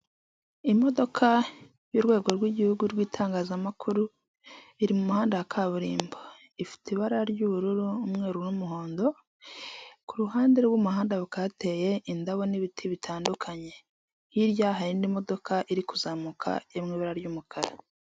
Imodoka y'urwego rw’igihugu rw'itangazamakuru iri mu muhanda wa kaburimbo, ifite ibara ry'ubururu, umweru n'umuhondo. Kuruhande rw’umuhanda hateye indabo n'ibiti bitandukanye h'irya hari n’indi modoka iri kuzamuka iri mw’ibara ry'umukara.